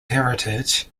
heritage